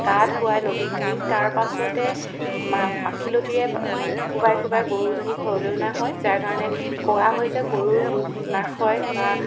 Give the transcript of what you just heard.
গা ধোৱায় নদীত নি তাৰ পাছতে মা মাখিলতিৰে কোবাই কোবাই গৰুজনী ঘৰলৈ অনা হয় যাৰ কাৰণে কোৱা হয় যে গৰুৰ ৰোগ নাশ হয় বা